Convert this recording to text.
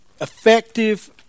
effective